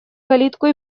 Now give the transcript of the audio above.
калитку